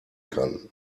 kann